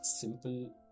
simple